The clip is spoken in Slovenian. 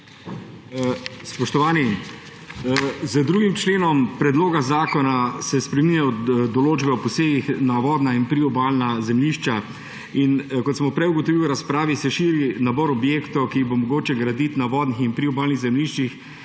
Spoštovani! Z 2. členom predloga zakona se spreminjajo določbe o posegih na vodna in priobalna zemljišča. Kot smo prej ugotovili v razpravi, se širi nabor objektov, ki jih bo mogoče graditi na vodnih in priobalnih zemljiščih,